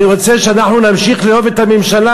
אני רוצה שאנחנו נמשיך לאהוב את הממשלה